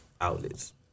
outlets